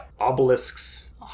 obelisks